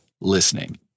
listening